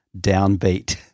downbeat